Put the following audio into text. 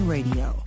Radio